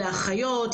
לאחיות,